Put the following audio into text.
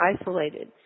isolated